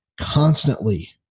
constantly